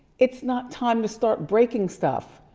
it's not time to start breaking stuff.